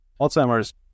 Alzheimer's